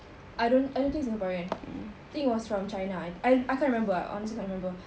I don't I don't think singaporean I think it was from china I I can't remember ah I honestly can't remember